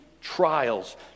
trials